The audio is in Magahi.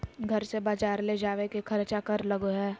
घर से बजार ले जावे के खर्चा कर लगो है?